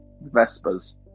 Vespers